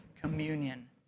communion